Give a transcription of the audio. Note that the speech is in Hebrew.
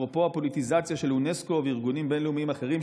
אפרופו הפוליטיזציה של אונסק"ו וארגונים בין-לאומיים אחרים,